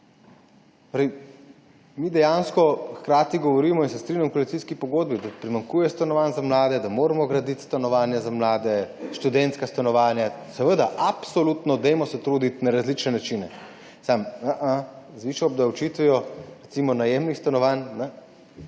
Mi dejansko hkrati govorimo in se strinjamo, v koalicijski pogodbi je, da primanjkuje stanovanj za mlade, da moramo graditi stanovanja za mlade, študentska stanovanja. Seveda, absolutno, dajmo se truditi na različne načine. Samo z višjo obdavčitvijo najemnih stanovanj,